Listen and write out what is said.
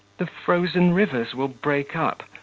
the frozen rivers will break up,